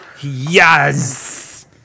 Yes